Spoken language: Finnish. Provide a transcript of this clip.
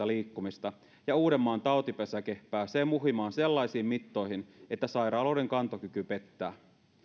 liikkumista ja uudenmaan tautipesäke pääsee muhimaan sellaisiin mittoihin että sairaaloiden kantokyky pettää